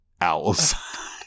owls